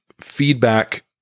feedback